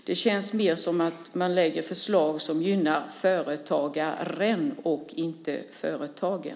Det känns mer som att man lägger förslag som gynnar företagaren, och inte företagen.